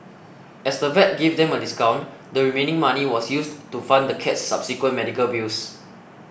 as the vet gave them a discount the remaining money was used to fund the cat's subsequent medical bills